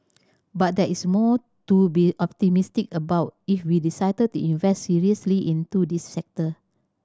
but there is more to be optimistic about if we decide to invest seriously into this sector